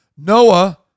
Noah